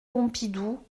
pompidou